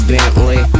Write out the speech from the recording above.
Bentley